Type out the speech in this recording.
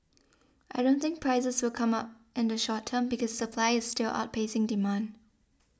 I don't think prices will come up in the short term because supply is still outpacing demand